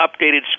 updated